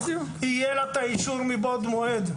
יהיה לה את האישור מבעוד מועד.